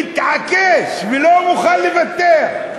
מתעקש ולא מוכן לוותר.